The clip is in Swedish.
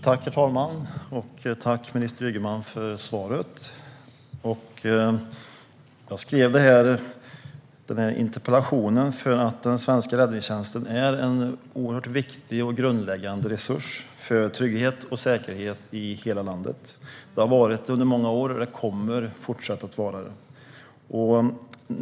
Herr talman! Jag tackar minister Ygeman för svaret. Jag skrev denna interpellation för att den svenska räddningstjänsten är en viktig och grundläggande resurs för trygghet och säkerhet i hela landet. Den har varit det i många år, och den kommer att fortsätta att vara det.